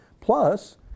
plus